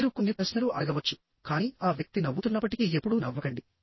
మీరు కొన్ని ప్రశ్నలు అడగవచ్చు కానీ ఆ వ్యక్తి నవ్వుతున్నప్పటికీ ఎప్పుడూ నవ్వకండి